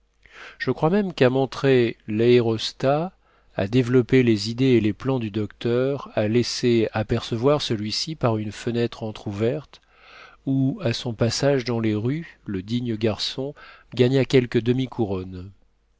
je crois même qu'à montrer l'aérostat à développer les idées et les plans du docteur à laisser apercevoir celui-ci par une fenêtre entr'ouverte ou à son passage dans les rues le digne garçon gagna quelques